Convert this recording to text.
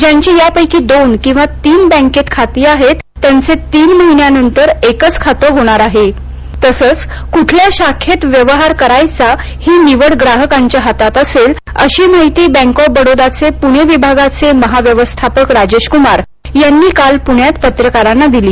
ज्यांची यापैंकी दोन किंवा तीन बँकेत खाती आहेत त्यांचे तीन महिन्यानंतर एकच खाते होणार असून क्ठल्या शाखेत व्यवहार करायचा ही निवड ग्राहकाच्या हातात असेल अशी माहिती बॅक ऑफ बडोदाचे पूणे विभागाचे महाव्यवस्थापक राजेश कुमार यांनी काल पण्यात पत्रकार परिषदेत दिली